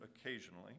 occasionally